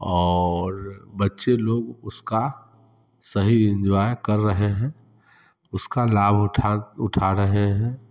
और बच्चे लोग उसका सही इंजॉय कर रहे हैं उसका लाभ उठा उठा रहे हैं